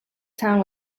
town